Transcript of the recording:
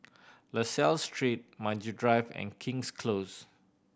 La Salle Street Maju Drive and King's Close